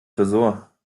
tresor